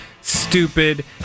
stupid